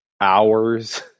hours